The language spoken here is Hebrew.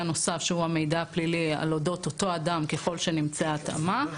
נוסף על אודות אותו אדם ככל שנמצאה התאמה.